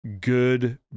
good